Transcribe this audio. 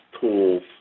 tools